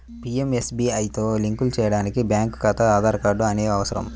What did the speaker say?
పీయంఎస్బీఐతో లింక్ చేయడానికి బ్యేంకు ఖాతా, ఆధార్ కార్డ్ అనేవి అవసరం